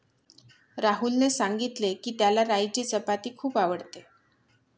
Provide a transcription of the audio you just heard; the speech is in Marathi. राहुलने सांगितले की, त्याला राईची चपाती खूप आवडते